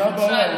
זו הבעיה.